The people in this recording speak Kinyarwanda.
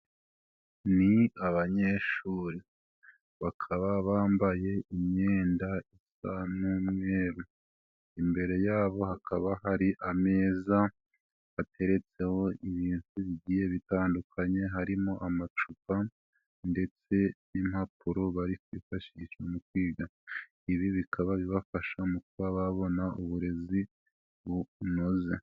Ni abanyeshuri bakaba bambaye imyenda isa n'umweru, imbere yabo hakaba hari ameza ateretseho ibintu bigiye bitandukanye harimo amacupa ndetse n'impapuro bari kwifashishwa mu kwiga, ibi bikaba bibafasha mu kuba babona uburezi bunoze.